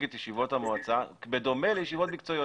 את ישיבות המועצה בדומה לישיבות מקצועיות?